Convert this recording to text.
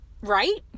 Right